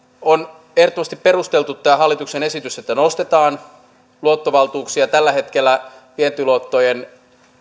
on ehdottomasti perusteltu tämä hallituksen esitys että nostetaan luottovaltuuksia tällä hetkellä vientiluottojen